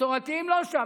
מסורתיים לא שם.